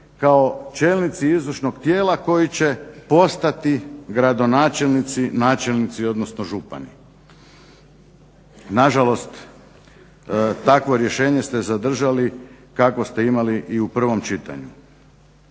kao čelnici izvršnog tijela koji će postati gradonačelnici, načelnici, odnosno župani. Nažalost, takvo rješenje ste zadržali kakvo ste imali i u prvom čitanju.